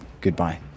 Goodbye